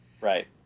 Right